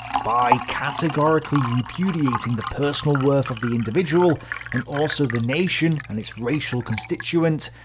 by categorically repudiating the personal worth of the individual and also the nation and its racial constituent,